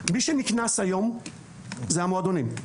מי שנקנס היום זה המועדונים.